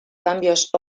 cambios